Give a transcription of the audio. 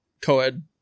co-ed